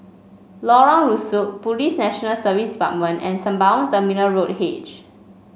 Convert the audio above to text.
Lorong Rusuk Police National Service Department and Sembawang Terminal Road H